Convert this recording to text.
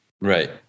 right